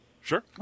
Sure